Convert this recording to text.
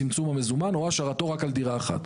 צמצום המזומן או השארתו רק על דירה אחת.